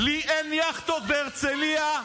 לי אין יאכטות בהרצליה,